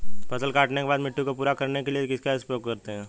फसल काटने के बाद मिट्टी को पूरा करने के लिए किसका उपयोग करते हैं?